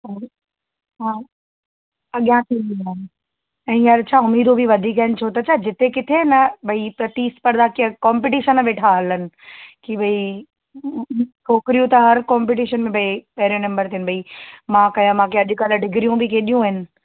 उहो ई हा अॻियां थी वेंदा ऐं हींअर छा उम्मीदूं बि वधीक आहिनि छो त छा जिते किथे न भई प्रतिस्पर्धा की कॉम्पटीशन वेठा हलनि की भई छोकिरियूं त हर कॉम्पटीशन में भई पहिरें नम्बर ते आहिनि भई मां कयां मां कयां अॼुकल्ह डिग्रियूं बि केॾियूं आहिनि